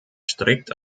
strikt